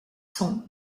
sont